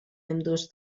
ambdós